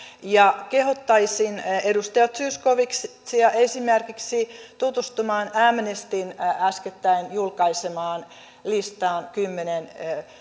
kehottaisin edustaja zyskowiczia esimerkiksi tutustumaan amnestyn äskettäin julkaisemaan listaan kymmeneen